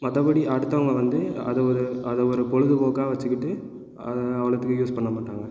மற்றபடி அடுத்தவங்க வந்து அத ஒரு அதை ஒரு பொழுதுபோக்காக வச்சுக்கிட்டு அதை அவளோத்துக்கு யூஸ் பண்ணமாட்டாங்கள்